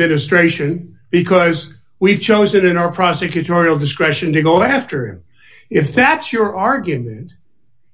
administration because we chose it in our prosecutorial discretion to go after him if that's your argument